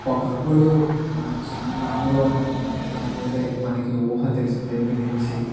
ఒకప్పుడు మన చిన్నతనంలో లేకపోతే మనకి ఊహ తెలిసిన దగ్గర నుంచి